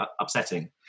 upsetting